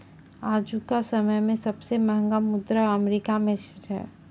आजुका समय मे सबसे महंगा मुद्रा अमेरिका के छै